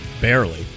Barely